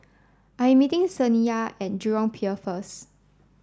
I am meeting Saniya at Jurong Pier first